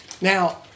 Now